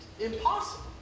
Impossible